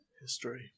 History